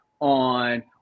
on